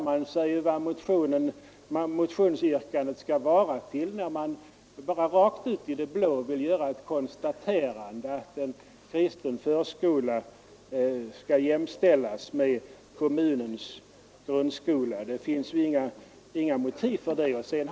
Man undrar vad motionsyrkandet syftar till när man bara rakt ut i det blå önskar göra det konstaterandet att en kristen förskola skall jämställas med kommunens grundskola. Det finns ju inget motiv för det.